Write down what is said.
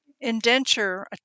indenture